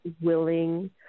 willing